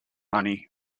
money